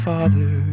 Father